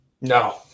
No